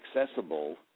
accessible